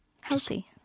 Healthy